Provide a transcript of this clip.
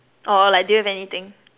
or like do you have anything